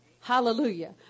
Hallelujah